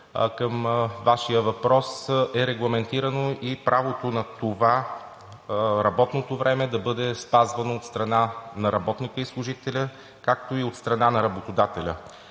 към Вашия въпрос, е регламентирано и правото работното време да бъде спазвано от страна на работника и служителя, както и от страна на работодателя.